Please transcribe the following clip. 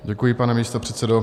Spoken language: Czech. Děkuji, pane místopředsedo.